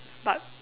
but